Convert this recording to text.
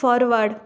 forward